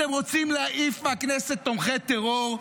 אתם רוצים להעיף מהכנסת תומכי טרור?